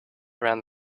around